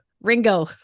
Ringo